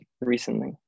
recently